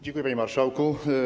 Dziękuję, panie marszałku.